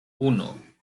uno